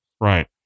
Right